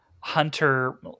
hunter